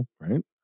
right